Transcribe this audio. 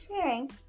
sharing